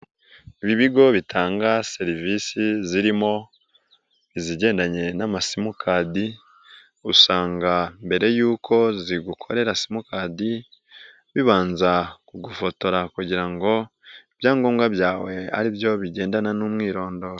Ibi bigo bitanga serivisi zirimo izigendanye n'amasimukadi, usanga mbere y'uko zigukorera simukadi, bibanza kugufotora kugira ngo ibyangombwa byawe ari byo bigendana n'umwirondoro.